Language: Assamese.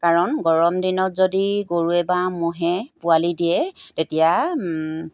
কাৰণ গৰম দিনত যদি গৰুৱে বা ম'হে পোৱালি দিয়ে তেতিয়া